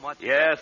Yes